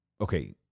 okay